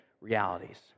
realities